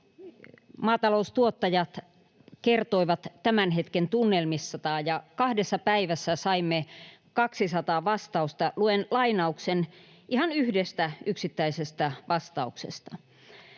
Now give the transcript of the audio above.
maataloustuottajat kertoivat tämän hetken tunnelmista, ja kahdessa päivässä saimme 200 vastausta. Luen lainauksen ihan yhdestä yksittäisestä vastauksesta: